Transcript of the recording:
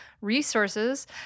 resources